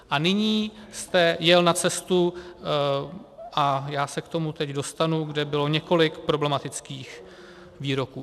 A nyní jste jel na cestu, a já se k tomu teď dostanu, kde bylo několik problematických výroků.